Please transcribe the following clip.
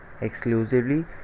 exclusively